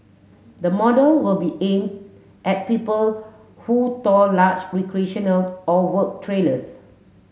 the model will be aim at people who tow large recreational or work trailers